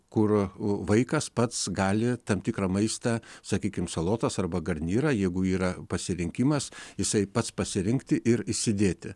kur vaikas pats gali tam tikrą maistą sakykim salotas arba garnyrą jeigu yra pasirinkimas jisai pats pasirinkti ir įsidėti